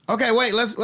okay wait, let's.